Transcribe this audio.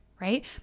right